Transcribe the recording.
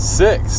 six